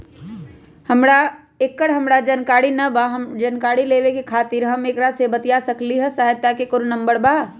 एकर हमरा जानकारी न बा जानकारी लेवे के खातिर हम केकरा से बातिया सकली ह सहायता के कोनो नंबर बा?